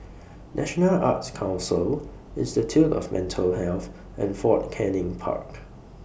National Arts Council Institute of Mental Health and Fort Canning Park